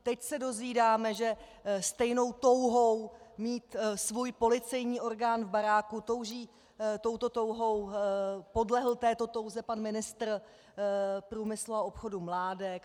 Teď se dozvídáme, že stejnou touhou mít svůj policejní orgán v baráku, touží touto touhou, podlehl této touze pan ministr průmyslu a obchodu Mládek.